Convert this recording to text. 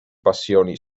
passioni